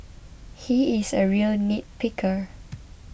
he is a real nitpicker